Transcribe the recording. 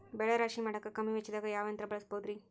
ಬೆಳೆ ರಾಶಿ ಮಾಡಾಕ ಕಮ್ಮಿ ವೆಚ್ಚದಾಗ ಯಾವ ಯಂತ್ರ ಬಳಸಬಹುದುರೇ?